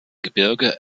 gebirge